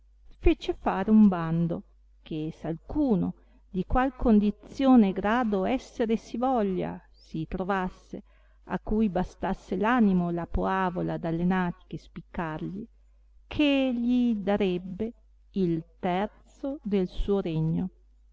fece fare un bando che s alcuno di qual condizione e grado essere si voglia si trovasse a cui bastasse l animo la poavola dalle natiche spiccargli che gli darebbe il terzo del suo regno